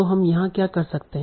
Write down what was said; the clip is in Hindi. तो हम यहाँ क्या कर सकते हैं